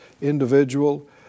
individual